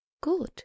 Good